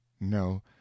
No